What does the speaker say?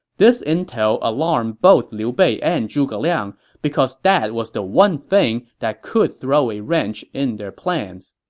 this intel alarmed both liu bei and zhuge liang, because that was the one thing that could throw a wrench in their plans.